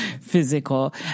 physical